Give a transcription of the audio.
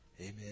Amen